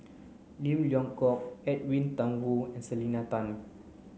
Lim Leong Geok Edwin Thumboo and Selena Tan